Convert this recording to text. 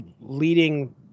leading